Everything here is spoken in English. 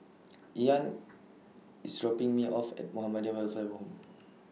Ian IS dropping Me off At Muhammadiyah Welfare Home